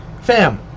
Fam